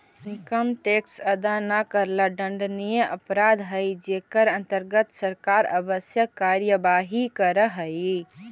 income tax अदा न करला दंडनीय अपराध हई जेकर अंतर्गत सरकार आवश्यक कार्यवाही करऽ हई